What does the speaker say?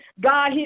God